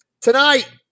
Tonight